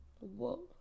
whoa